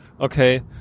okay